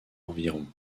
environ